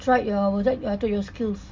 try your what's that uh tu your skills